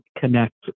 connect